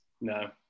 No